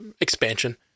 expansion